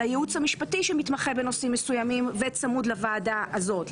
על הייעוץ המשפטי שמתמחה בנושאים מסוימים וצמוד לוועדה הזאת,